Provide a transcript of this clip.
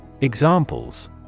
Examples